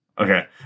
Okay